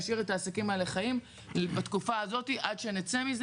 להשאיר את העסקים האלה חיים בתקופה הזאת עד שנצא מזה